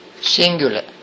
singular